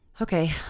okay